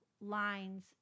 lines